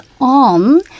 on